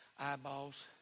eyeballs